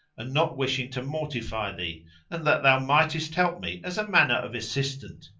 and not wishing to mortify thee and that thou mightest help me as a manner of assistant.